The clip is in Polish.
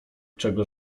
czego